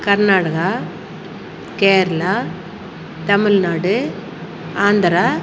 Karnataka Kerala Tamil Nadu Andhra